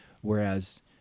whereas